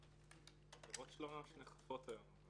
עבירות שלא ממש נאכפות היום.